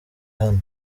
hano